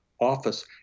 office